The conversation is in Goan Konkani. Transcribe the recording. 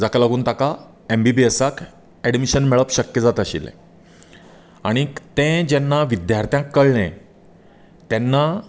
जाका लागून ताका एम बी बी एसाक एडमीशन मेळप शक्य जाताशिल्लें आनीक तें जेन्ना विद्यार्थ्यांक कळ्ळें तेन्ना